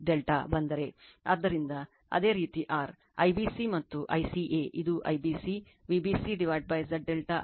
ಆದ್ದರಿಂದ ಅದೇ ರೀತಿ r IBC ಮತ್ತು ICA ಇದು IBC VbcZ ∆ ICA VcaZ ∆